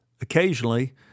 Occasionally